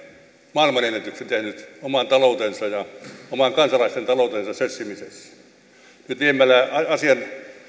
maailmanennätyksen tehnyt oman taloutensa ja omien kansalaistensa talouden sössimisessä nyt viemällä asiat